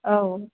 औ